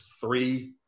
three